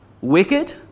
wicked